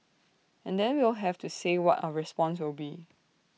and then we'll have to say what our response will be